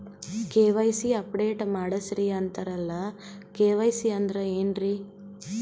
KYC update ಮಾಡಸ್ರೀ ಅಂತರಲ್ಲ KYC ಅಂದ್ರ ಏನ್ರೀ?